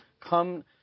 come